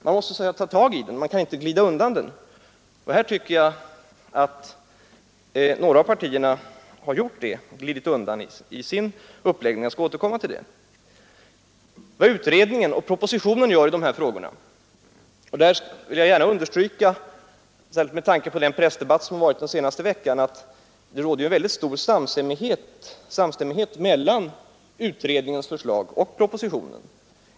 Vi måste ta tag i den, vi kan inte glida undan den. Jag tycker att några av partierna just har glidit undan i sin uppläggning; jag skall återkomma till det. Med tanke på den pressdebatt som har förekommit den senaste veckan vill jag understryka att det råder stor samstämmighet mellan utredningens förslag och propositionen.